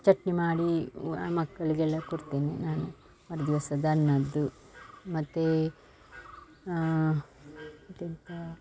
ಚಟ್ನಿ ಮಾಡಿ ಉ ಹ ಮಕ್ಕಳಿಗೆಲ್ಲ ಕೊಡ್ತೇನೆ ನಾನು ಮರು ದಿವಸದ ಅನ್ನದ್ದು ಮತ್ತೆ ಮತ್ತೆಂತ